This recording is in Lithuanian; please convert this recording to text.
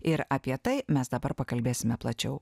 ir apie tai mes dabar pakalbėsime plačiau